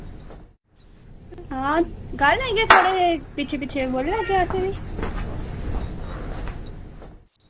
हां गाई लैगे थोह्ड़े जेह् पिच्छे पिच्छे बोली लैगे अस बी